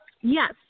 Yes